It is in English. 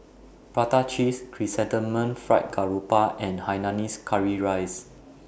Prata Cheese Chrysanthemum Fried Garoupa and Hainanese Curry Rice